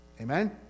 Amen